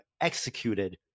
executed